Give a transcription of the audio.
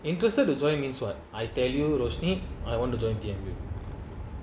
interested to join means what I tell you rosene I want to go in T_M_U